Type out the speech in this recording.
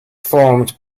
forms